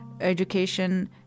education